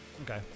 okay